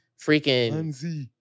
Freaking